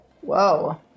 Whoa